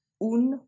un